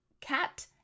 Cat